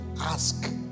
ask